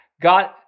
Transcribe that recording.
God